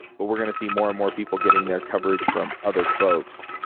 but we're going to see more and more people getting their coverage from other folks.